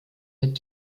mit